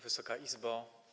Wysoka Izbo!